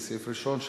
לסעיף ראשון,